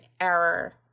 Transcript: error